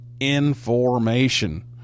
information